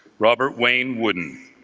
robert wayne wooden